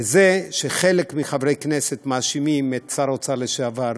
וזה שחלק מחברי הכנסת מאשימים את שר האוצר לשעבר,